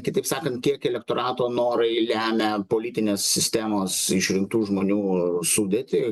kitaip sakant kiek elektorato norai lemia politinės sistemos išrinktų žmonių sudėtį